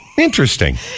Interesting